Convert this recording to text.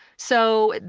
so,